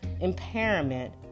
impairment